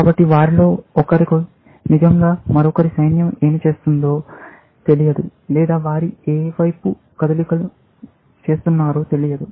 కాబట్టి వారిలో ఒకరికి నిజంగా మరొకరి సైన్యం ఏమి చేస్తుందో తెలియదు లేదా వారు ఏ వైపు కదులుతున్నారో తెలియదు